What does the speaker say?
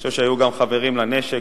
אני חושב שהיו גם חברים לנשק,